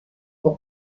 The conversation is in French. pour